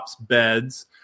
beds